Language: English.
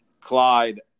Clyde